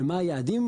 ומה היעדים,